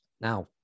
now